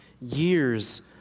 years